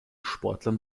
sportlern